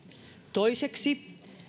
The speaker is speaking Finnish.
toiseksi